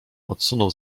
odsunął